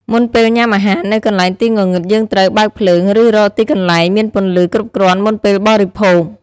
មុនពេលញាំអាហារនៅកន្លែងងងឹតយើងត្រូវ បើកភ្លើង ឬរកទីកន្លែងមានពន្លឺគ្រប់គ្រាន់មុនពេលបរិភោគ ។